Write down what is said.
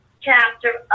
chapter